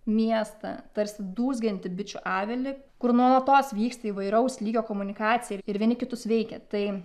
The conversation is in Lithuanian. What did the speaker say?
miestą tarsi dūzgiantį bičių avilį kur nuolatos vyksta įvairaus lygio komunikacija ir ir vieni kitus veikia tai